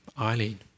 Eileen